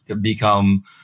become